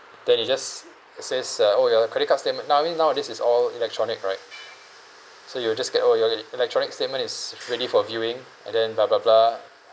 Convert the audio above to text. then it just says uh oh your credit card statement now I mean nowadays is all electronic right so you will just get oh your e~ electronic statement is ready for viewing and then blah blah blah